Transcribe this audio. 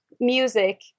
music